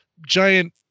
giant